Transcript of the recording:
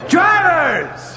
Drivers